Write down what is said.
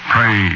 Pray